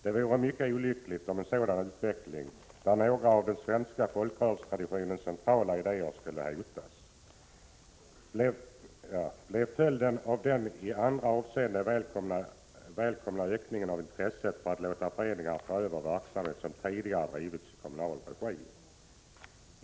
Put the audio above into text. Det vore mycket olyckligt om en sådan utveckling — där några av den svenska folkrörelsetraditionens centrala idéer skulle hotas — blev följden av den i andra avseenden välkomna ökningen av intresset för att låta föreningar ta över verksamhet som tidigare drivits i kommunal regi.